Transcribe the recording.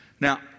Now